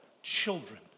children